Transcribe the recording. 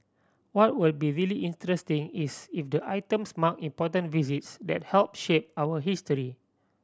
what will be really interesting is if the items mark important visits that help shape our history